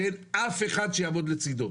שאין אף אחד שיעמוד לצדו.